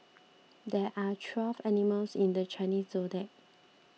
there are twelve animals in the Chinese zodiac